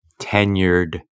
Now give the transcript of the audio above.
tenured